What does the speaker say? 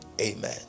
Amen